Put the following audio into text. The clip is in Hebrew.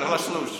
חלשלוש.